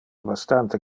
bastante